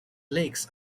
lakes